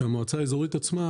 שהמועצה האזורית עצמה